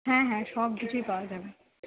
হ্যাঁ হ্যাঁ সব কিছুই পাওয়া যাবে